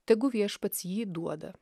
tegu viešpats jį duoda